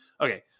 Okay